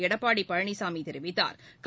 எடப்பாடி பழனிசாமி தெரிவித்தாா்